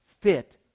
fit